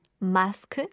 mask